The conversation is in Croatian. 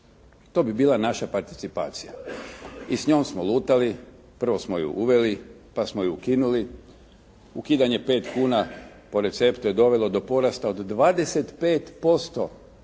To bi bila naša participacija. I s njom smo lutali. Prvo smo ju uveli, pa smo ju ukinuli. Ukidanje 5 kuna po receptu je dovelo do porasta od 25%